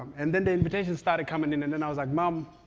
and then the invitations started coming in. and then i was like mom,